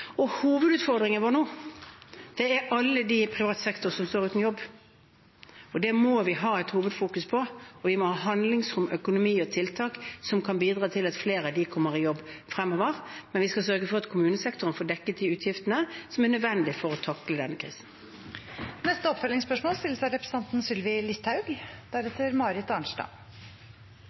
Hovedutfordringen vår nå er alle de i privat sektor som står uten jobb. Det må vi ha et hovedfokus på. Vi må ha handlingsrom, økonomi og tiltak som kan bidra til at flere av disse kommer i jobb fremover. Men vi skal sørge for at kommunesektoren får dekket de utgiftene som er nødvendige for å takle denne krisen. Sylvi Listhaug – til oppfølgingsspørsmål. Det skapes et inntrykk av